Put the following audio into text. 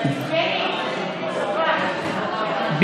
התשפ"א 2021, נתקבל.